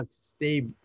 stay